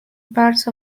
parts